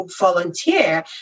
volunteer